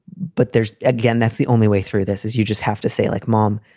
but there's again, that's the only way through this, as you just have to say, like, mom,